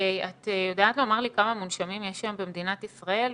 את יודעת לומר לי כמה מונשמים יש היום במדינת ישראל,